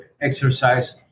exercise